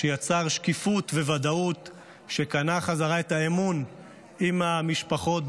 שיצר שקיפות וודאות ושקנה בחזרה את האמון של המשפחות,